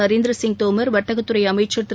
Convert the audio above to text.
Narendra Singh Tomar வா்த்தகத்துறைஅமைச்சா் Thiru